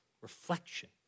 reflection